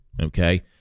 Okay